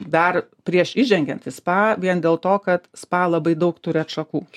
dar prieš įžengiant į spa vien dėl to kad spa labai daug turi atšakų